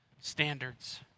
standards